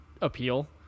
appeal